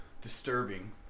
disturbing